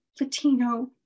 Latino